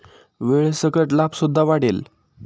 वेळेसकट लाभ सुद्धा वाढेल